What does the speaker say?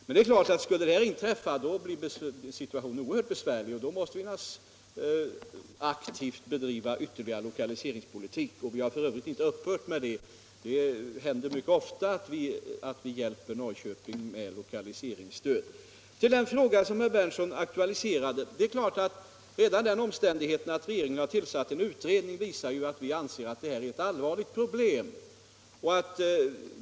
Men det är klart att skulle denna nedläggning av Goodyear inträffa, blir situationen oerhört besvärlig i Norrköping, och då måste vi naturligtvis aktivt bedriva ytterligare lokaliseringspolitik. Vi har för övrigt inte upphört med det. Det händer mycket ofta att Norrköping får lokaliseringsstöd. Till den fråga om utländska företags driftnedläggningar som herr Berndtson aktualiserade vill jag säga att redan den omständigheten att regeringen har tillsatt en utredning visar att vi anser att detta är ett allvarligt problem.